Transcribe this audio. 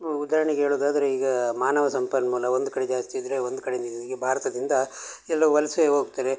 ಉ ಉದಾರ್ಣೆಗೆ ಹೇಳುದಾದ್ರೆ ಈಗ ಮಾನವ ಸಂಪನ್ಮೂಲ ಒಂದು ಕಡೆ ಜಾಸ್ತಿ ಇದ್ದರೆ ಒಂದು ಕಡೆ ನೀ ಈಗ ಭಾರತದಿಂದ ಎಲ್ಲೋ ವಲಸೆ ಹೋಗ್ತರೆ